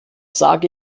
sage